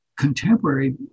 Contemporary